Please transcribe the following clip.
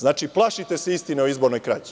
Znači, plašite se istine o izbornoj krađi.